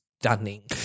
stunning